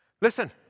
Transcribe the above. Listen